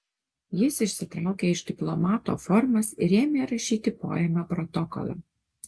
jis išsitraukė iš diplomato formas ir ėmė rašyti poėmio protokolą